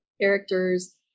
characters